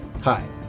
Hi